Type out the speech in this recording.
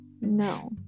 No